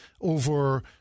over